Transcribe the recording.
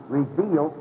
reveal